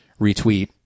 retweet